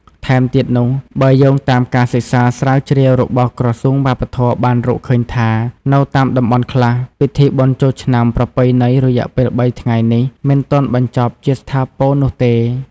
ថែមទៀតនោះ បើយោងតាមការសិក្សាស្រាវជ្រាវរបស់ក្រសួងវប្បធម៌បានរកឃើញថា នៅតាមតំបន់ខ្លះ ពិធីបុណ្យចូលឆ្នាំប្រពៃណីរយៈពេល ៣ ថ្ងៃនេះ មិនទាន់បញ្ចប់ជាស្ថាពរនោះទេ។